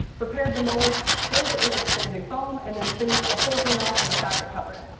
prepared the mold, filled it with expanding foam, and then finished the whole thing off with a fabric cover.